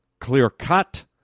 clear-cut